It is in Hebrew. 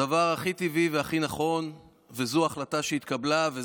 הדבר הכי טבעי והכי נכון, וזו החלטה שהתקבלה,